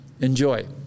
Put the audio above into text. Enjoy